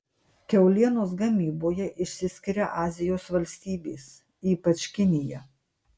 kiaulienos gamyboje išsiskiria azijos valstybės ypač kinija